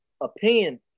opinion